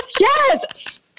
Yes